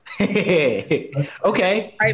Okay